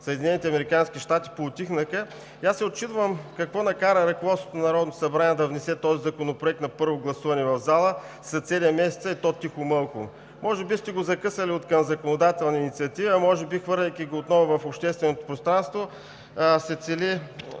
Съединените американски щати поутихнаха и се учудвам какво накара ръководството на Народното събрание да внесе този законопроект на първо гласуване в залата след седем месеца, и то тихомълком. Може би сте го закъсали откъм законодателна инициатива, може би, хвърляйки го отново в общественото пространство, се цели